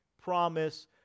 promise